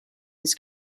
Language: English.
his